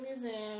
Museum